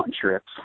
trips